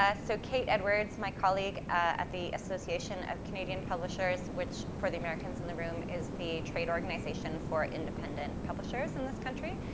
ah so, kate edwards, my colleague at the association of canadian publishers, which, for the americans in the room, is the trade organisation for independent publishers in this country,